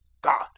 God